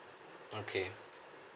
okay